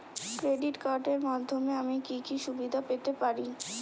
Credit কার্ডের মাধ্যমে আমি কি কি সুবিধা পেতে পারি?